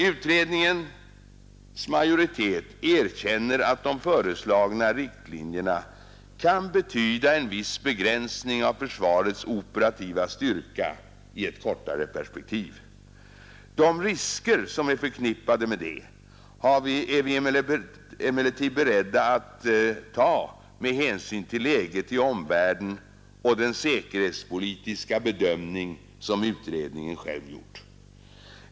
Utredningens majoritet erkänner att de föreslagna riktlinjerna kan betyda en viss begränsning av försvarets operativa styrka i ett kortare perspektiv. De risker som är förknippade med detta är vi emellertid beredda att ta med hänsyn till läget i omvärlden och den säkerhetspolitiska bedömning som utredningen själv gjort.